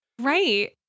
Right